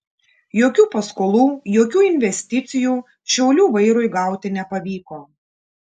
jokių paskolų jokių investicijų šiaulių vairui gauti nepavyko